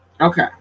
okay